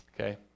Okay